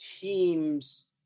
teams